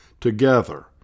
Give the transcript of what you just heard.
together